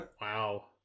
Wow